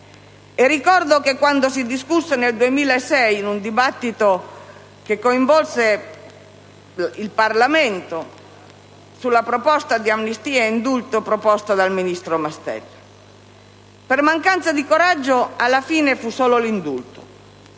Ricordo che, quando si discusse, nel 2006, in un dibattito che coinvolse il Parlamento, la proposta di amnistia e di indulto promossa dal ministro Mastella, per mancanza di coraggio alla fine si ebbe solo l'indulto,